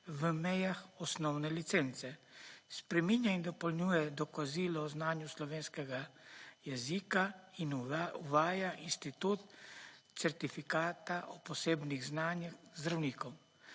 v mejah osnovne licence. Spreminja in dopolnjuje dokazilo o znanju slovenskega jezika in uvaja institut certifikata o posebnih znanjih zdravnikov,